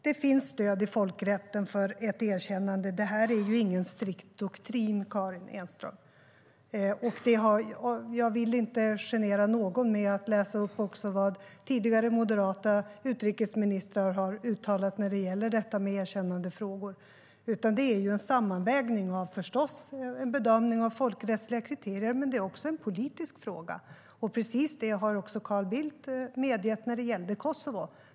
Det finns stöd i folkrätten för ett erkännande. Det här är ju ingen strikt doktrin, Karin Enström. Och jag vill inte genera någon med att läsa upp också vad tidigare moderata utrikesministrar har uttalat när det gäller detta med erkännandefrågor. Det är förstås en sammanvägd bedömning av folkrättsliga kriterier, men det är också en politisk fråga. Och precis det medgav också Carl Bildt när det gällde Kosovo.